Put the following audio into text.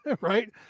Right